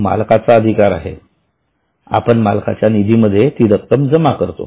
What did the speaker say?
तो मालकांचा अधिकार आहे आपण मालकांच्या निधीमध्ये ती रक्कम जमा करतो